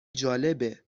جالبه